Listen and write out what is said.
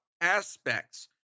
aspects